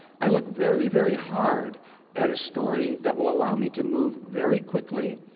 i look very, very hard at a story that will allow me to move very quickly.